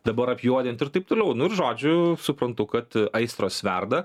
dabar apjuodint ir taip toliau nu ir žodžiu suprantu kad aistros verda